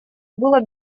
было